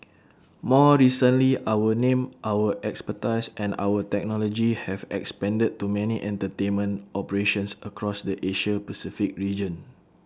more recently our name our expertise and our technology have expanded to many entertainment operations across the Asia Pacific region